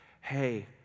hey